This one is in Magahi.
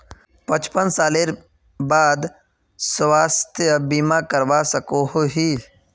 पचपन सालेर बाद स्वास्थ्य बीमा करवा सकोहो ही?